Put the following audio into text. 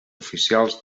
oficials